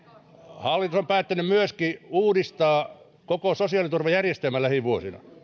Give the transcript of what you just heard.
hallitus on päättänyt myöskin uudistaa koko sosiaaliturvajärjestelmän lähivuosina